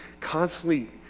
constantly